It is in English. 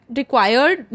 required